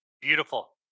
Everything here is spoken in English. Beautiful